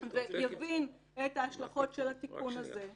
יבין את ההשלכות של התיקון הזה,